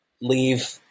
leave